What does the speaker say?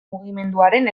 mugimenduaren